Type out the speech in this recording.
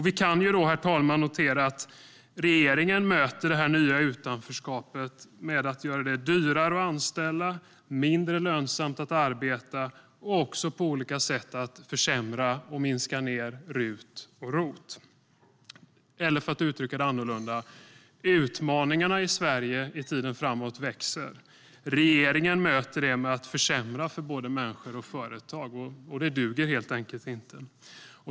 Vi kan, herr talman, notera att regeringen möter det nya utanförskapet med att göra det dyrare att anställa och mindre lönsamt att arbeta och med att på olika sätt försämra och minska ned RUT och ROT. Eller för att uttrycka det annorlunda: Utmaningarna i Sverige i tiden framåt växer. Regeringen möter det med att försämra för både människor och företag. Det duger helt enkelt inte.